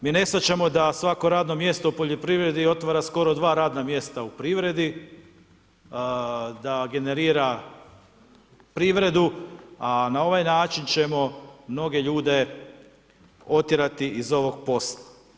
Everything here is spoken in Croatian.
Mi ne shvaćamo da svako radno mjesto u poljoprivredi otvara skoro 2 radna mjesta u privredi, da generira privredu, a na ovaj način ćemo mnoge ljude otjerati iz ovog posla.